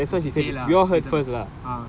that's what she say lah stated ah